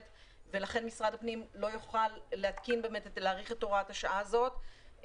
ולכן משרד הפנים לא יוכל להאריך את הוראת השעה הזאת.